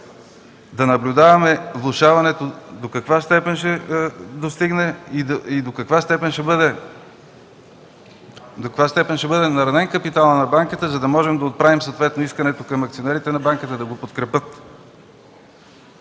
да наблюдаваме до каква степен ще достигне влошаването и до каква степен ще бъде наранен капиталът на банката, за да можем да отправим искане към акционерите на банката да го подкрепят,